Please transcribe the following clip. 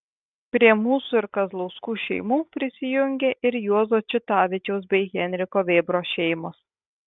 prie mūsų ir kazlauskų šeimų prijungė ir juozo čitavičiaus bei henriko vėbros šeimos